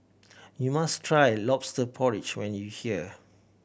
you must try Lobster Porridge when you here